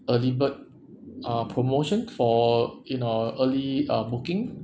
early bird uh promotion for you know early uh booking